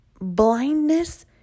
blindness